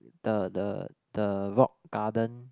the the the rock garden